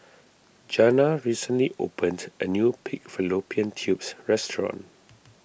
Jana recently opened a new Pig Fallopian Tubes restaurant